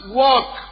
walk